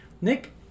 Nick